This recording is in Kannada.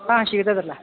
ಹಾಂ ಸಿಗತದಲ್ಲ